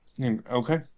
Okay